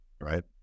right